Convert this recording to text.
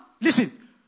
Listen